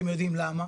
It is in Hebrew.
אתם יודעים למה?